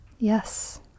yes